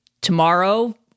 tomorrow